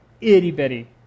itty-bitty